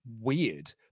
weird